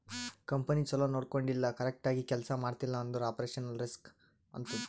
company ಛಲೋ ನೊಡ್ಕೊಂಡಿಲ್ಲ, correct ಆಗಿ ಕೆಲ್ಸಾ ಮಾಡ್ತಿಲ್ಲ ಅಂದುರ್ ಆಪರೇಷನಲ್ ರಿಸ್ಕ್ ಆತ್ತುದ್